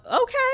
okay